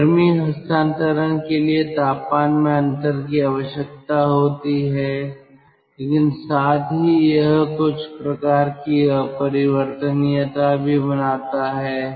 तो गर्मी हस्तांतरण के लिए तापमान में अंतर की आवश्यकता होती है लेकिन साथ ही यह कुछ प्रकार की अपरिवर्तनीयता भी बनाता है